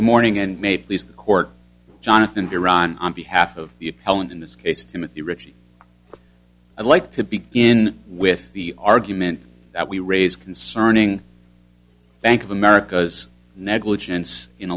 the court jonathan iran on behalf of helen in this case timothy ritchie i'd like to begin with the argument that we raised concerning bank of america's negligence in